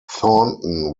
thornton